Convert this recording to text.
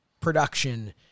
production